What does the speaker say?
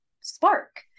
spark